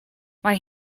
mae